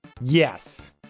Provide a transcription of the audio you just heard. Yes